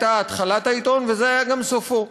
זאת הייתה התחלת העיתון, וזה היה גם סופו.